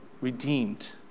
redeemed